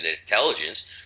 intelligence